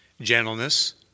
gentleness